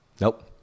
Nope